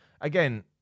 Again